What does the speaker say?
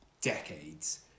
decades